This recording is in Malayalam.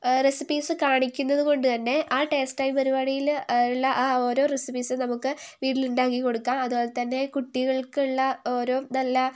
റെസിപ്പീസ് കാണിക്കുന്നത് കൊണ്ടുതന്നെ ആ ടേസ്റ്റ് ടൈം പരിപാടിയിൽ ഉള്ള ആ ഓരോ റെസിപ്പീസും നമുക്ക് വീട്ടിൽ ഉണ്ടാക്കി കൊടുക്കാം അതുപോലെതന്നെ കുട്ടികൾക്കുള്ള ഓരോ നല്ല